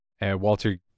Walter